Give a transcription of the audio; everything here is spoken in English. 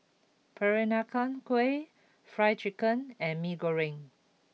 Peranakan Kueh Fried Chicken and Mee Goreng